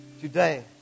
Today